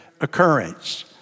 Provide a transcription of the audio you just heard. occurrence